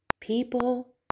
People